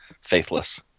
faithless